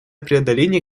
преодоления